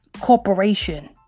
corporation